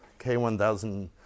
K1000